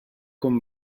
con